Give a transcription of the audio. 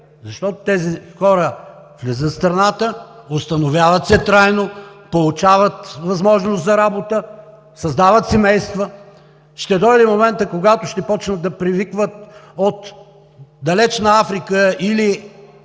защото тези хора влизат в страната, установяват се трайно, получават възможност за работа, създават семейства. Ще дойде моментът, когато ще започнат да привикват от далечна Африка